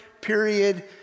period